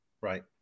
Right